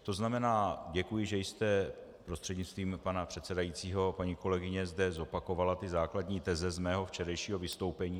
To znamená, děkuji, že jste, prostřednictvím pana předsedajícího paní kolegyně, zde zopakovala ty základní teze z mého včerejšího vystoupení.